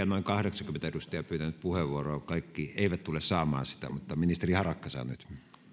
noin kahdeksankymmentä edustajaa pyytänyt puheenvuoroa kaikki eivät tule saamaan sitä mutta ministeri harakka saa nyt